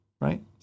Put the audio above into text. right